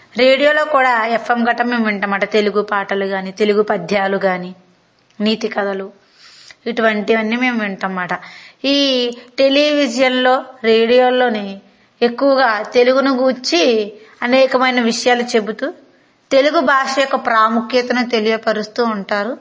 రేడియోలో కూడా ఎఫ్ఎం గట్ట మేము వింటాం తెలుగు పాటలు గాని తెలుగు పద్యాలు కాని నీతి కథలు ఇటువంటివన్నీ మేము వింటాము అనమాట ఈ టెలివిజన్లో రేడియోలోనే ఎక్కువగా తెలుగును గూర్చి అనేకమైన విషయాలు చెబుతూ తెలుగు భాష యొక్క ప్రాముఖ్యతను తెలియపరుస్తూ ఉంటారు